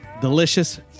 Delicious